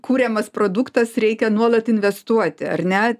kuriamas produktas reikia nuolat investuoti ar ne